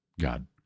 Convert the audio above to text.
God